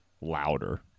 louder